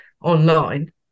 online